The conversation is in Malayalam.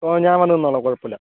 ഓ ഞാൻ വന്ന് നിന്നോളാം കുഴപ്പം ഇല്ല